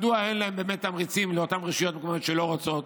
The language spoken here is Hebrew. מדוע אין להם באמת תמריצים לאותן רשויות מקומיות שלא רוצות,